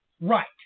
Right